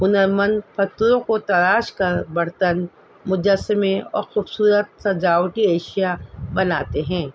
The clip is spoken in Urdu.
ہنر مند پھتروں کو تراش کر برتن مجسمے اور خوبصورت سجاوٹی اشیا بناتے ہیں